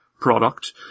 product